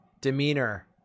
demeanor